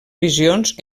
visions